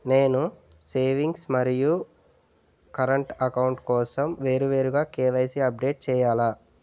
నేను సేవింగ్స్ మరియు current account కోసం వేరువేరుగా కే.వై.సీ అప్డేట్ చేయాలా?